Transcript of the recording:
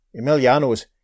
Emiliano's